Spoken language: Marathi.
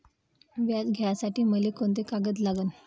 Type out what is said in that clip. व्याज घ्यासाठी मले कोंते कागद लागन?